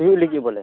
ᱦᱩᱭᱩᱜ ᱞᱟ ᱜᱤᱫ ᱵᱚᱞᱮ